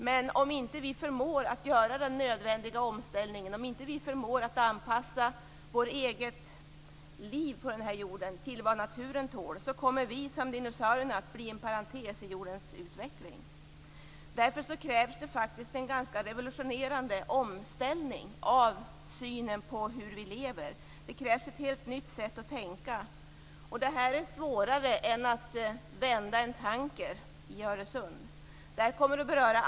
Men om vi inte förmår att göra den nödvändiga omställningen, om vi inte förmår att anpassa vårt eget liv på jorden till vad naturen tål, kommer vi, liksom dinosaurierna, att bli en parentes i utvecklingen på jorden. Därför krävs det en revolutionerande omställning av synen på hur vi lever. Det krävs ett helt nytt sätt att tänka. Detta är svårare än att vända en tanker i Öresund.